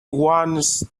wants